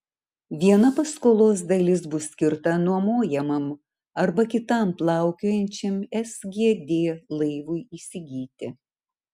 viena paskolos dalis bus skirta nuomojamam arba kitam plaukiojančiam sgd laivui įsigyti